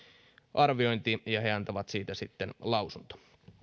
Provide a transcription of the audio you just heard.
arviointi ja he antavat siitä sitten lausunnon